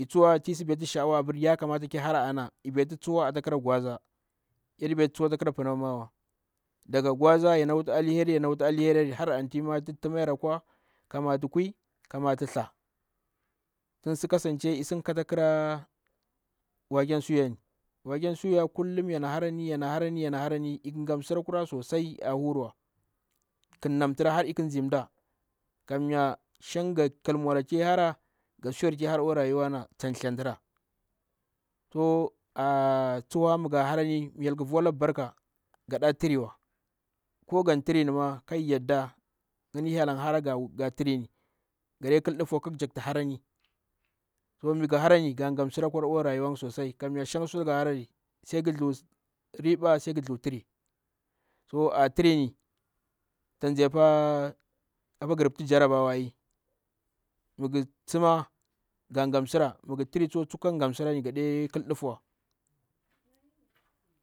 Ei tswa ti baitu shaawa yakamata ki baiti ana ibaitu tsuwa ata khira gwaza. Yaɗi baitu tsuhahyo atakhira pinauwa daga gwaza yana wuti alheriya alheriyari har anti mati tu mayene kwa, ka matu kwiieer ka matu thlah. Tun si kasanche isu ka takhira waken suyani. Wa ken suya kullum yana harani yana harani igha msira ku rari sosai ahuriwa. Ki namtira har ik ndze mda. Kamya shanga khil mwala ti hara tan tsthentra. So aah tsuhoua migha harani mi hyel volaghu barka ghaɗa tiriwa. Ko gantrini ma kavu o nɗufa ga hyel an hara tighu tirini gaɗe kail nɗufuwa kahg jak tu harari, so mighu hava ni gaa gamsura akwa rayuwa nga sosai. Shanga sutu ga harari sai ghi nthduu mba sai ghi nthduu tiri. Atirini ndze paa apaghu rubut jarabawa ai, mighi msima gagha msira mighi tiri tsu kaghi ka msirani gaɗe khil nɗu fuwa.